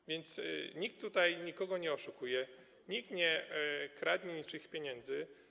A więc nikt tutaj nikogo nie oszukuje, nikt nie kradnie niczyich pieniędzy.